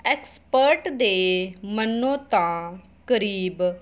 expert ਦੇ ਮੰਨੋ ਤਾਂ ਕਰੀਬ